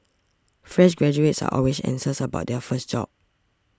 fresh graduates are always anxious about their first job